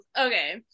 Okay